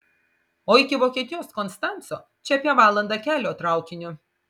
o iki vokietijos konstanco čia apie valanda kelio traukiniu